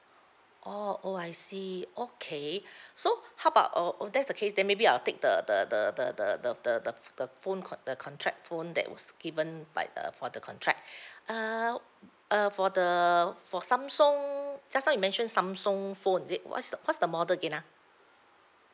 oh oh I see okay so how about uh if that's the case then maybe I'll take the the the the the the ph~ the the ph~ the phone con~ the contract phone that was given by the for the contract err uh for the for samsung just now you mentioned samsung phone is it what's the what's the model again ah